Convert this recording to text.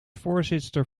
voorzitster